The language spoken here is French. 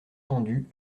tendu